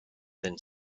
then